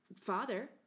father